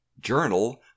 Journal